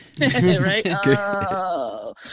right